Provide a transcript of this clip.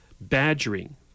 badgering